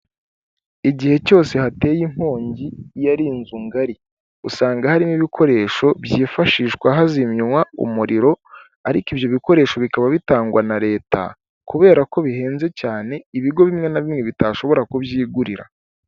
Igihe cyose hateye inkongi iyo ari inzu ngari, usanga harimo ibikoresho byifashishwa hazimywa umuriro, ariko ibyo bikoresho bikaba bitangwa na leta kubera ko bihenze cyane ibigo bimwe na bimwe bitashobora kubyigurira.